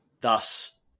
thus